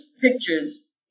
pictures